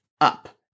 up